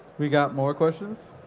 we got more questions?